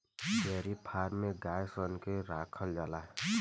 dairy farm में गाय सन के राखल जाला